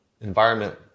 environment